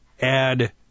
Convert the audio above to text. add